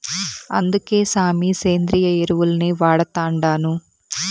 అందుకే సామీ, సేంద్రియ ఎరువుల్నే వాడతండాను